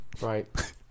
right